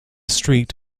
street